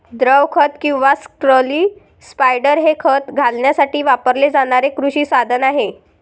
द्रव खत किंवा स्लरी स्पायडर हे खत घालण्यासाठी वापरले जाणारे कृषी साधन आहे